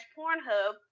Pornhub